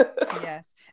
yes